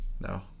No